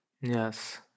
Yes